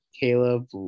Caleb